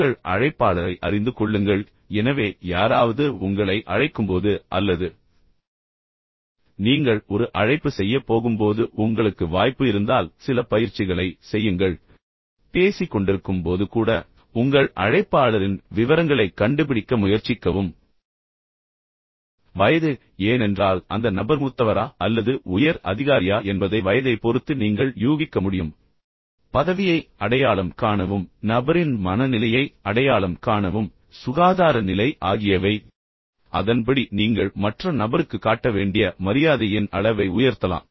உங்கள் அழைப்பாளரை அறிந்து கொள்ளுங்கள் எனவே யாராவது உங்களை அழைக்கும்போது அல்லது நீங்கள் ஒரு அழைப்பு செய்யப் போகும்போது உங்களுக்கு வாய்ப்பு இருந்தால் சில பயிற்சிகளை செய்யுங்கள் ஆனால் யாராவது அழைத்தால் பேசிக் கொண்டிருக்கும் போது கூட உங்கள் அழைப்பாளரின் விவரங்களைக் கண்டுபிடிக்க முயற்சிக்கவும் அதாவது வயது ஏனென்றால் அந்த நபர் மூத்தவரா அல்லது உயர் அதிகாரியா என்பதை வயதைப் பொறுத்து நீங்கள் யூகிக்க முடியும் பதவியை அடையாளம் காணவும் நபரின் மனநிலையை அடையாளம் காணவும் சுகாதார நிலை ஆகியவை அதன்படி நீங்கள் மற்ற நபருக்குக் காட்ட வேண்டிய மரியாதையின் அளவை உயர்த்தலாம்